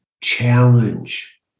challenge